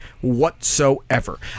whatsoever